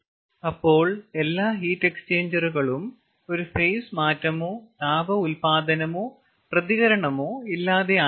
അപ്പോൾ എല്ലാ ഹീറ്റ് എക്സ്ചേഞ്ചറുകളും ഒരു ഫേസ് മാറ്റമോ താപ ഉൽപാദനമോ പ്രതികരണമോ ഇല്ലാതെയായിരിക്കണം